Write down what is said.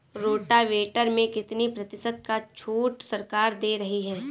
Rotavator में कितनी प्रतिशत का छूट सरकार दे रही है?